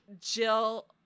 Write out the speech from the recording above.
Jill